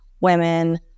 women